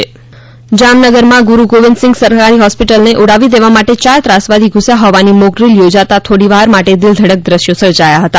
જામનગરમાં મોકડ્રીલ જામનગરમાં ગુરુ ગોવિંદસિંઘ સરકારી હોસ્પિટલને ઉડાવી દેવા માટે ચાર ત્રાસવાદી ધુસ્યાં હોવાની મોક ડ્રિલ યોજાતા થોડીવાર માટે દિલધડક દ્રશ્યો સર્જાયા હતા